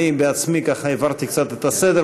אני בעצמי, ככה, הפרתי קצת את הסדר.